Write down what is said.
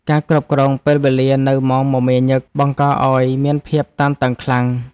ការគ្រប់គ្រងពេលវេលានៅម៉ោងមមាញឹក បង្កឱ្យមានភាពតានតឹងខ្លាំង។